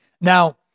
now